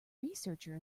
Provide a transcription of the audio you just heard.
researcher